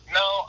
no